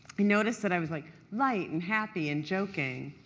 i noticed that i was like light, and happy, and joking.